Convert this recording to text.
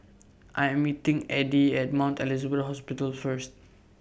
I Am meeting Addie At Mount Elizabeth Hospital First